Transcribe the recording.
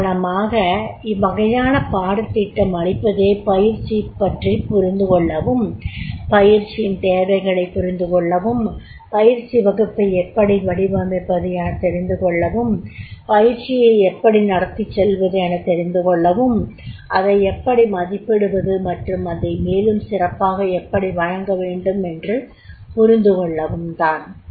உதாரணமாக இவ்வகையான பாடத்திட்டம் அளிப்பதே பயிற்சி பற்றி புரிந்துகொள்ளவும் பயிற்சியின் தேவைகளைப் புரிந்துகொள்ளவும் பயிற்சி வகுப்பை எப்படி வடிவமைப்பது எனத் தெரிந்துகொள்ளவும் பயிற்சியை எப்படி நடத்திச் செல்வது எனத் தெரிந்துகொள்ளவும் அதை எப்படி மதிப்பிடுவது மற்றும் அதை மேலும் சிறப்பாக எப்படி வழங்கவேண்டும் என்று புரிந்துகொள்ளவும் தான்